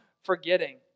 forgetting